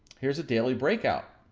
here's a daily breakout.